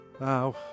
Now